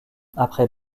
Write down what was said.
après